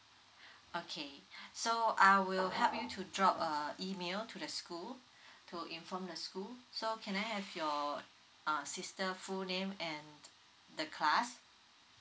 okay so I will help you to drop a email to the school to inform the school so can I have your uh sister full name and the class